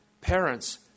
Parents